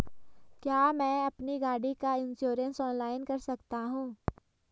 क्या मैं अपनी गाड़ी का इन्श्योरेंस ऑनलाइन कर सकता हूँ?